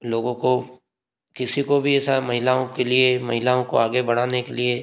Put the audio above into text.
लोगों को किसी को भी ऐसा महिलाओं के लिए महिलाओं को आगे बढ़ाने के लिए